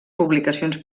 publicacions